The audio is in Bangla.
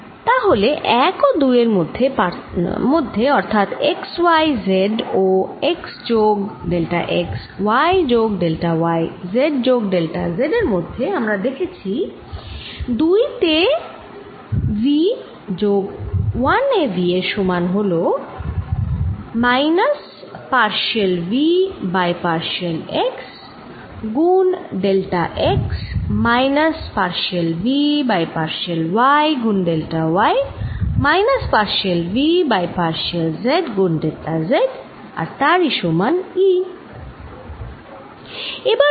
তাহলে - ও ২ এর মধ্যে অর্থাৎ x y ও z ওx যোগ ডেল্টা x y যোগ ডেল্টা y z যোগ ডেল্টা z এর মধ্যে আমরা দেখেছি 2 তে v যোগ 1 এ v এর সমান হল minus partial v by partial x গুণ delta x minus partial v by partial y গুণ delta y minus partial v by partial z গুন ডেল্টা z আর তার ই সমান E